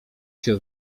się